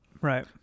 Right